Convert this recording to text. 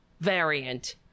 variant